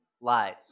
Lies